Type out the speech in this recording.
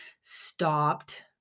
stopped